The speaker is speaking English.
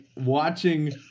watching